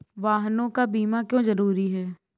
वाहनों का बीमा क्यो जरूरी है?